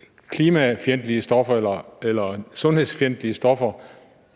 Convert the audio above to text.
– hvad hedder det – sundhedsskadelige stoffer